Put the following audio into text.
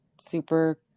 super